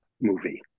movie